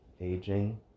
aging